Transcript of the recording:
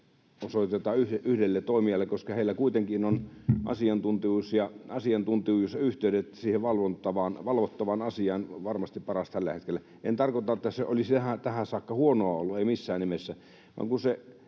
osoitetaan yhdelle toimijalle, koska heillä kuitenkin ovat asiantuntijuus ja yhteydet siihen valvottavaan asiaan varmasti parhaat tällä hetkellä. En tarkoita, että se olisi tähän saakka huonoa ollut, ei missään nimessä, vaan sitä,